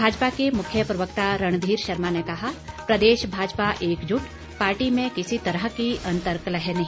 भाजपा के मुख्य प्रवक्ता रणधीर शर्मा ने कहा प्रदेश भाजपा एकजुट पार्टी में किसी तरह की अंर्तकलह नहीं